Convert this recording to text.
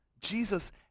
Jesus